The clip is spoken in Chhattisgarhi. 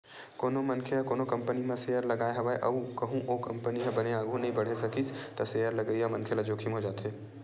कोनो मनखे ह कोनो कंपनी म सेयर लगाय हवय अउ कहूँ ओ कंपनी ह बने आघु नइ बड़हे सकिस त सेयर लगइया मनखे ल जोखिम हो जाथे